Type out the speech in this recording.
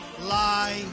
lie